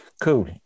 Cool